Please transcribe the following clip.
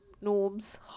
norms